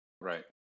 Right